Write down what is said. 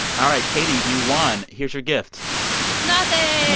all right. katie, you won. here's your gift nothing